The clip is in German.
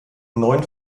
neuen